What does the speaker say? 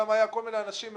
שם היו כל מיני דירקטורים